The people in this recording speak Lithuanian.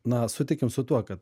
na sutikim su tuo kad